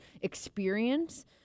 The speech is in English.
experience